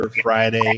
friday